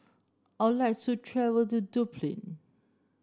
I would like to travel to Dublin